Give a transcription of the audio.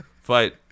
Fight